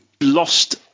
Lost